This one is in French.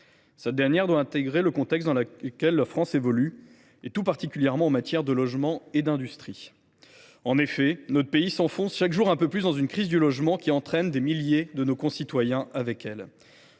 doit tenir compte du contexte dans lequel la France évolue, tout particulièrement en matière de logement et d’industrie. En effet, notre pays s’enfonce chaque jour un peu plus dans une crise du logement qui entraîne, avec elle, des milliers de nos concitoyens.